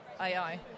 AI